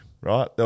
right